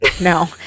no